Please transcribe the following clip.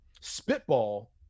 Spitball